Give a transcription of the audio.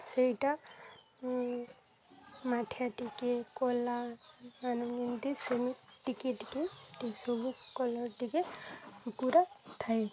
ସେଇଟା ମାଠିଆ ଟିକେ କଲା ମାନ ଯେମିତି ସେମି ଟିକେ ଟିକେ ସବୁ କଲର୍ ଟିକେ କୁକୁଡ଼ା ଥାଏ